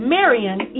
Marion